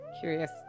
curious